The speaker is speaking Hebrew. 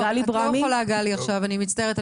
לא, את לא יכולה גלי עכשיו, אני מצטערת.